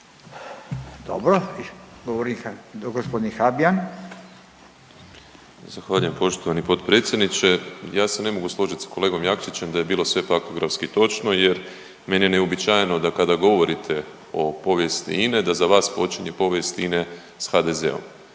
Dobro. Govori g. Habijan. **Habijan, Damir (HDZ)** Zahvaljujem poštovani potpredsjedniče. Ja se ne mogu složit s kolegom Jakšićem da je bilo sve faktografski točno jer meni je neuobičajeno da kada govorite o povijesti INA-e da za vas počinje povijest INA-e s HDZ-om.